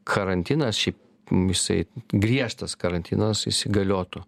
karantinas šiaip jisai griežtas karantinas įsigaliotų